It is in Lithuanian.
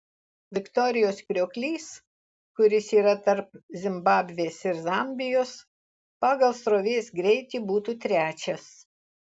viktorijos krioklys kuris yra tarp zimbabvės ir zambijos pagal srovės greitį būtų trečias